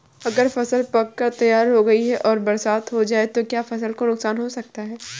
अगर फसल पक कर तैयार हो गई है और बरसात हो जाए तो क्या फसल को नुकसान हो सकता है?